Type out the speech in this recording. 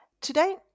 Today